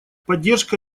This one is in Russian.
поддержка